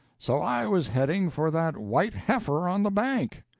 so i was heading for that white heifer on the bank.